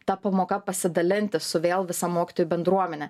ta pamoka pasidalinti su vėl visa mokytojų bendruomene